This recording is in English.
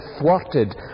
thwarted